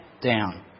down